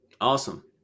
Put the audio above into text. Awesome